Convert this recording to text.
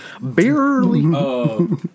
barely